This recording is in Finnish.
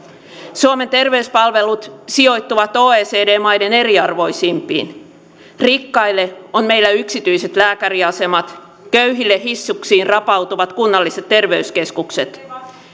suomen terveyspalvelut sijoittuvat oecd maiden eriarvoisimpiin rikkaille on meillä yksityiset lääkäriasemat köyhille hissuksiin rapautuvat kunnalliset terveyskeskukset